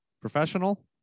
Professional